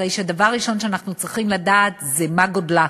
הרי דבר ראשון שאנחנו צריכים לדעת זה מה גודלה.